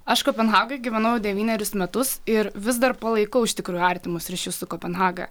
aš kopenhagoj gyvenau devynerius metus ir vis dar palaikau iš tikrųjų artimus ryšius su kopenhaga